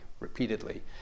repeatedly